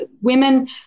women